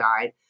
died